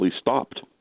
stopped